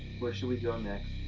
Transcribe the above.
where should we go next?